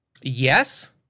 Yes